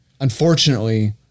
unfortunately